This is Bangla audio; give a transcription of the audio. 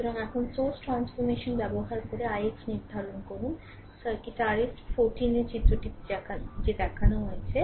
সুতরাং এখন সোর্স ট্রান্সফরমেশন ব্যবহার করে ix নির্ধারণ করুন সার্কিট r এ 14 এ চিত্রটি যে দেখানো হয়েছে